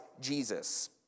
Jesus